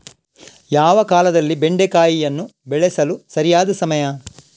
ಯಾವ ಕಾಲದಲ್ಲಿ ಬೆಂಡೆಕಾಯಿಯನ್ನು ಬೆಳೆಸಲು ಸರಿಯಾದ ಸಮಯ?